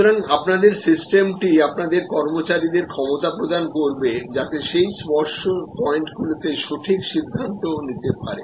সুতরাং আপনাদের সিস্টেমটি আপনাদের কর্মচারীদের ক্ষমতাপ্রদান করবে যাতে সেই স্পর্শ পয়েন্টগুলিতে সঠিক সিদ্ধান্ত নিতে পারে